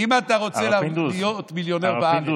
אם אתה רוצה להיות מיליונר בארץ,